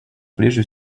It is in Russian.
прежде